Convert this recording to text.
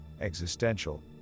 existential